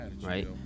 right